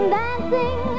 dancing